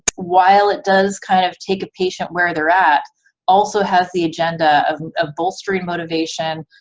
while it does kind of take a patient where they're at, also has the agenda of of bolstering motivation,